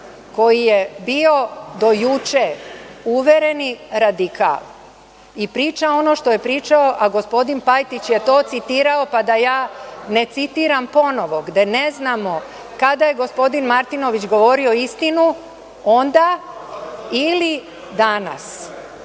koji je bio do juče uvereni radikal i priča ono što je pričao a gospodin Pajtić je to citirao pa da ja ne citiram ponovo gde ne znamo kada je gospodin Martinović govorio istinu, onda ili danas. Ja